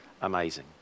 amazing